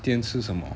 今天吃什么